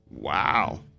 wow